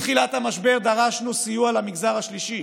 מתחילת המשבר דרשנו סיוע למגזר השלישי.